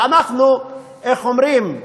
ואנחנו, איך אומרים,